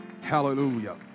Hallelujah